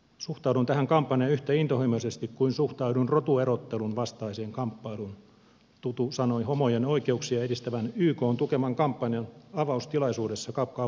suhtaudun tähän kampanjaan yhtä intohimoisesti kuin suhtauduin rotuerottelun vastaiseen kamppailuun tutu sanoi homojen oikeuksia edistävän ykn tukeman kampanjan avaustilaisuudessa kapkaupungissa